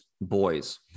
boys